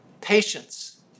patience